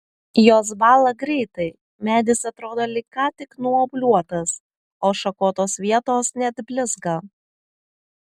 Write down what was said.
jos bąla greitai medis atrodo lyg ką tik nuobliuotas o šakotos vietos net blizga